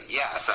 yes